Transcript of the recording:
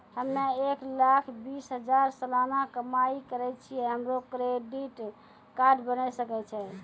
हम्मय एक लाख बीस हजार सलाना कमाई करे छियै, हमरो क्रेडिट कार्ड बने सकय छै?